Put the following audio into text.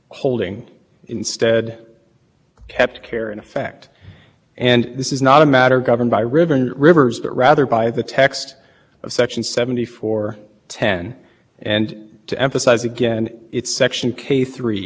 meets all of the applicable requirements of the clean air act here the good neighbor provision the applicable requirements were defined by care and the court's affirmative action of keeping care